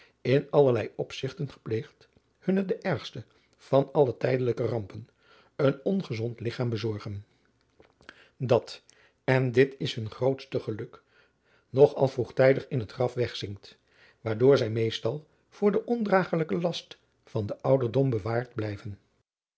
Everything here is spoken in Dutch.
in allerlei opzigten gepleegd hun de ergste van alle tijdelijke rampen een ongezond ligchaam bezorgen dat en dit is hun grootste geluk nog al vroegtijdig in het graf wegzinkt waardoor zij meestal voor den ondragelijken last van den ouderdom bewaard blijven